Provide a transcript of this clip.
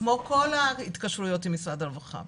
כמו כל ההתקשרויות עם משרד הרווחה.